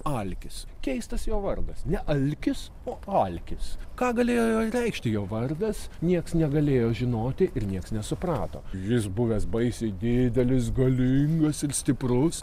alkis keistas jo vardas ne alkis o alkis ką galėjo reikšti jo vardas nieks negalėjo žinoti ir nieks nesuprato jis buvęs baisiai didelis galingas ir stiprus